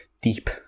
deep